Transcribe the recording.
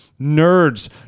nerds